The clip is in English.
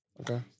Okay